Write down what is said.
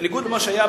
בניגוד למה שהיה